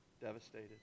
devastated